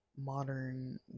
modern